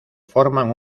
forman